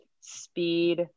speed